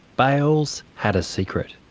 bales had a secret.